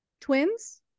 twins